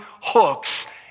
hooks